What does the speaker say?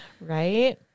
Right